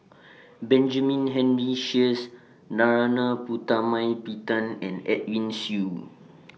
Benjamin Henry Sheares Narana Putumaippittan and Edwin Siew